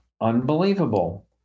Unbelievable